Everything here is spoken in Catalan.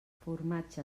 formatge